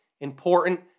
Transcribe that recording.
important